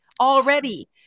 already